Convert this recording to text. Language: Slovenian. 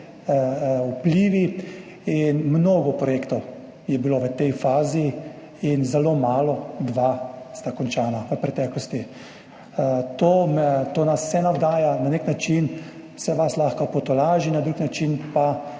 vplivi. Mnogo projektov je bilo v tej fazi in zelo malo, dva sta bila končana v preteklosti. To nas vse navdaja, na nek način se vas lahko potolaži, na drugi način pa